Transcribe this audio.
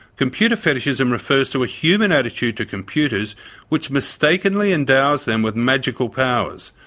computer fetishism refers to a human attitude to computers which mistakenly endows them with magical powers,